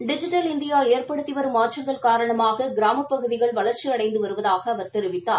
digital India ஏற்படுத்தி வரும் மாற்றங்கள் காரணமாக கிராமப்பகுதிகள் வளா்ச்சி அடைந்து வருவதாக அவர் தெரிவித்தார்